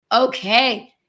Okay